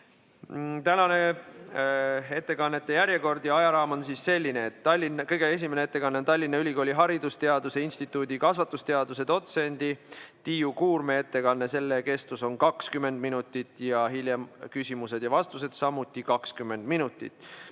Tänane ettekannete järjekord ja ajaraam on selline, et kõige esimene ettekanne on Tallinna Ülikooli haridusteaduste instituudi kasvatusteaduste dotsendi Tiiu Kuurme ettekanne, selle kestus on 20 minutit ja hiljem küsimused ja vastused samuti 20 minutit.